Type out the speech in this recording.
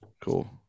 Cool